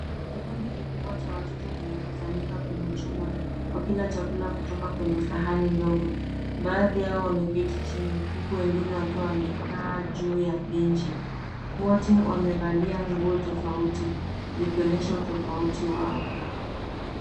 Kikundi kubwa cha watoto kimekusanyika kwenye chumba, wakila chakula kutoka kwenye sahani ndogo. Baadhi yao wameketi chini, huku wengine wakiwa wamekaa juu ya benchi. Wote wamevalia nguo tofauti, zikionyesha utofauti wao.